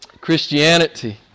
Christianity